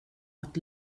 att